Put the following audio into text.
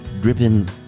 dripping